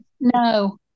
no